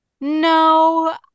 No